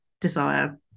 desire